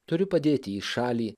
turiu padėti į šalį